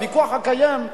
הוויכוח הקיים,